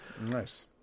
Nice